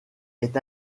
est